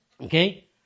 Okay